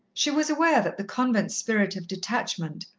she was aware that the convent spirit of detachment,